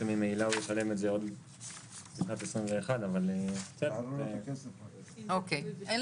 שממילא הוא ישלם את זה עוד בשנת 2021. אוקיי.